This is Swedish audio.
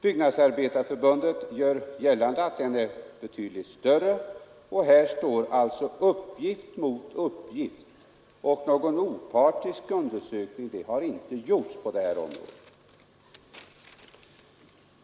Byggnadsarbetareförbundet gör gällande att den är betydligt större. Här står alltså uppgift mot uppgift, och någon opartisk undersökning har inte gjorts på detta område.